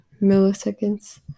milliseconds